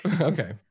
okay